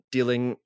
dealing